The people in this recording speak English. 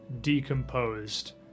Decomposed